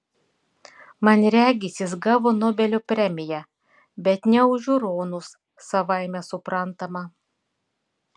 man regis jis gavo nobelio premiją bet ne už žiūronus savaime suprantama